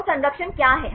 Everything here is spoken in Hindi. तो संरक्षण क्या है